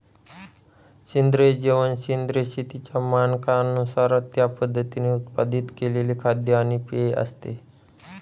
सेंद्रिय जेवण सेंद्रिय शेतीच्या मानकांनुसार त्या पद्धतीने उत्पादित केलेले खाद्य आणि पेय असते